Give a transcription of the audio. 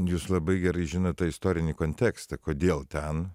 jūs labai gerai žinot tą istorinį kontekstą kodėl ten